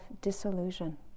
disillusion